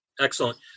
Excellent